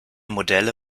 modelle